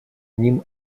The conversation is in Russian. ним